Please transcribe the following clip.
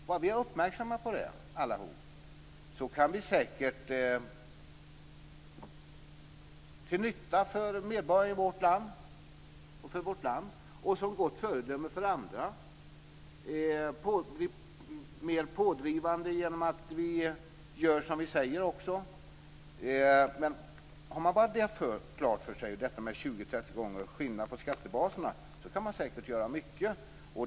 Bara vi alla är uppmärksamma på detta, kan vi säkert, till nytta för medborgarna i vårt land och som gott föredöme för andra, bli mer pådrivande genom att göra som vi säger. Har man bara klart för sig skillnaden på skattebaserna, kan man säkert göra mycket.